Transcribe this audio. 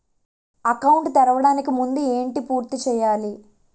Account తెరవడానికి ముందు ఏంటి పూర్తి చేయాలి?